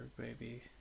baby